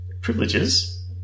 privileges